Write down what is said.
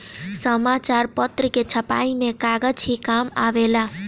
समाचार पत्र के छपाई में कागज ही काम आवेला